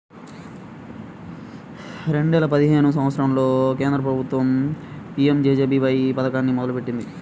రెండేల పదిహేను సంవత్సరంలో కేంద్ర ప్రభుత్వం పీ.యం.జే.జే.బీ.వై పథకాన్ని మొదలుపెట్టింది